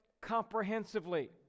comprehensively